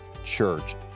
church